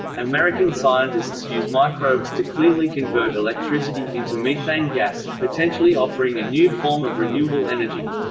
american scientists use microbes to cleanly convert electricity into methane gas, potentially offering a new form of renewable energy.